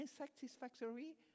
Unsatisfactory